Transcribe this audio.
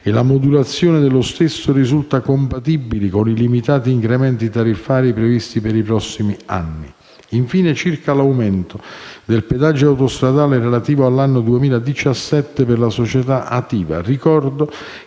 e la modulazione dello stesso risulta compatibile con i limitati incrementi tariffari previsti per i prossimi anni. Infine, circa l'aumento del pedaggio autostradale relativo all'anno 2017 per la società ATIVA,